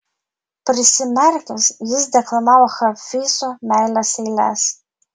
prisimerkęs jis deklamavo hafizo meilės eiles